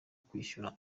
kwishyura